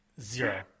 Zero